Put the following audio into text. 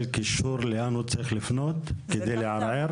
קישור לאן הוא צריך לפנות כדי לערער?